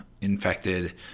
infected